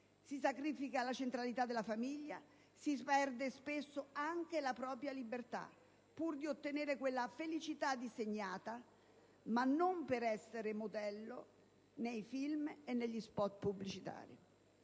Si sacrifica la centralità della famiglia, si perde spesso anche la propria libertà pur di ottenere quella felicità disegnata - ma non per essere modello - nei film e negli *spot* pubblicitari.